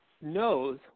knows